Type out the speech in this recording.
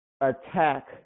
attack